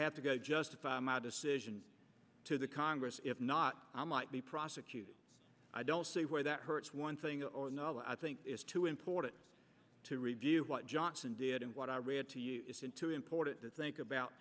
have to go justify my decision to the congress if not i might be prosecuted i don't see where that hurts one thing or knowledge i think is too important to review what johnson did and what i read to you isn't too important to think about